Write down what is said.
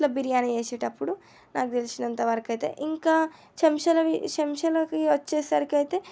ఇట్లా బిర్యాని చేసేటప్పుడు నాకు తెలిసినంతవరకు అయితే ఇంకా చెంచాలవి చెంచాలకు వచ్చేసరికి అయితే